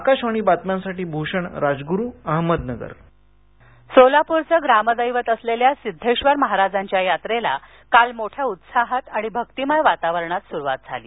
आकाशवाणी बातम्यांसाठी भूषण राजगुरू अहमदनगर सोलापर सोलापूरचं ग्रामदैवत असलेल्या सिद्धेक्षर महाराज यांच्या यात्रेला काल मोठ्या उत्साहात आणि भक्तीमय वातावरणात सुरुवात झाली